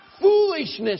foolishness